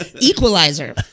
Equalizer